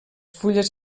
fulles